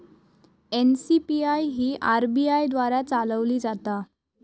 NCPI ही RBI द्वारा चालवली जाता